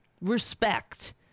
respect